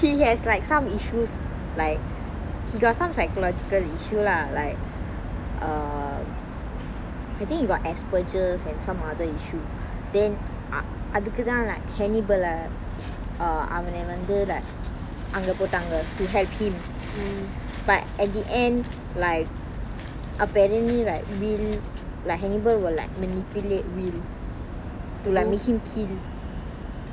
he has like some issues like he got some psychological issue lah like um I think he got espages and some other issue then அதுக்குதான்:athukkuthaan like hannibal ah um அவன வந்து:avana vanthu like அங்க போடாங்க:anga potanga to help him but at the end like apparently like hannibal will like manipulate to like make him kill